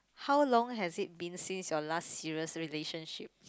how long has it been since your last serious relationship